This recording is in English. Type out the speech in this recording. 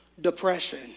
depression